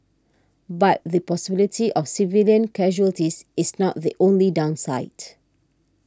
but the possibility of civilian casualties is not the only downside